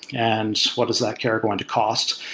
and what is that care going to cost?